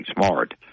smart